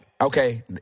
Okay